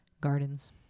gardens